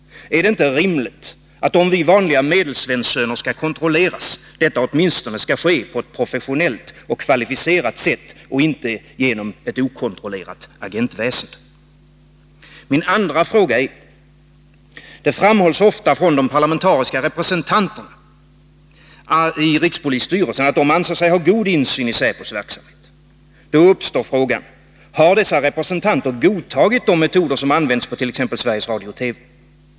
Är det inte rimligt att, om vi vanliga medelsvenssöner skall kontrolleras, detta sker åtminstone på ett professionellt och kvalificerat sätt och inte genom ett okontrollerat agentväsende? Min andra fråga gäller följande: Det framhålls ofta från de parlamentariska representanterna i rikspolisstyrelsen att de anser sig ha god insyn i säpos verksamhet. Då uppstår frågan: Har dessa representanter godtagit de metoder som används inom t.ex. Sveriges Radio och TV?